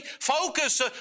Focus